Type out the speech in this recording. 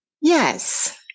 Yes